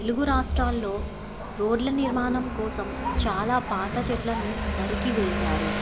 తెలుగు రాష్ట్రాల్లో రోడ్ల నిర్మాణం కోసం చాలా పాత చెట్లను నరికి వేేశారు